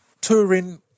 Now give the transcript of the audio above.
Touring